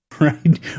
right